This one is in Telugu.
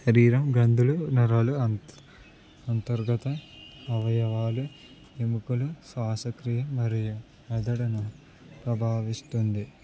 శరీరం గ్రంథులు నరాలు అ అంతర్గత అవయవాలు ఎముకులు శ్వాసక్రియ మరియు మెదడును ప్రభావితం చేస్తుంది